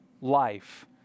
life